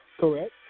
Correct